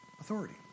authority